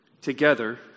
together